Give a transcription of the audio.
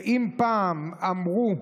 אם פעם אמרו: